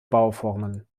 bauformen